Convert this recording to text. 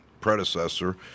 predecessor